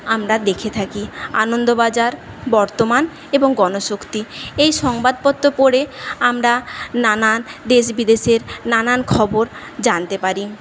আমরা দেখে থাকি আনন্দবাজার বর্তমান এবং গণশক্তি এই সংবাদপত্র পড়ে আমরা নানা দেশ বিদেশের নানান খবর জানতে পারি